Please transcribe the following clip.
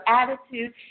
attitude